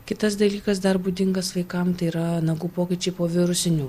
kitas dalykas dar būdingas vaikam tai yra nagų pokyčiai po virusinių